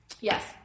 Yes